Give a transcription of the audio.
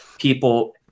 people